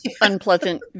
unpleasant